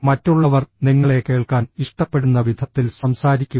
മറ്റുള്ളവർ നിങ്ങളെ കേൾക്കാൻ ഇഷ്ടപ്പെടുന്ന വിധത്തിൽ സംസാരിക്കുക